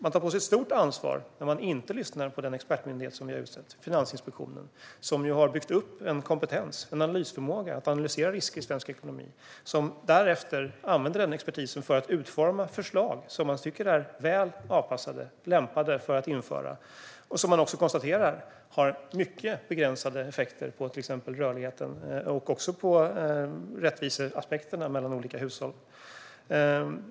Man tar på sig ett stort ansvar när man inte lyssnar på den expertmyndighet - Finansinspektionen - som vi har utsett. Den har byggt upp en kompetens med en analysförmåga som kan analysera risker i svensk ekonomi. Därefter används denna expertis för att utforma förslag som man tycker är väl avpassade och lämpade för att införa. Myndigheten konstaterar också att detta har mycket begränsade effekter på exempelvis rörligheten och rättviseaspekterna mellan olika hushåll.